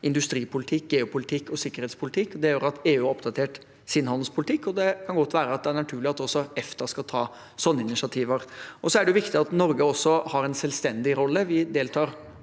industripolitikk, geopolitikk og sikkerhetspolitikk. Det gjør at EU har oppdatert sin handelspolitikk, og det kan godt være at det er naturlig at også EFTA skal ta sånne initiativer. Så er det viktig at Norge også har en selvstendig rolle. Vi deltar